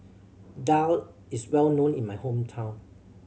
daal is well known in my hometown